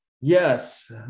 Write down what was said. yes